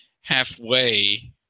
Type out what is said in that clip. halfway